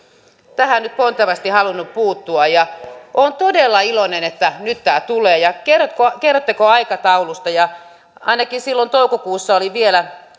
tähän nyt pontevasti halunneet puuttua ja olen todella iloinen että nyt tämä tulee kerrotteko aikataulusta ainakin silloin toukokuussa oli vielä